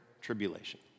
tribulation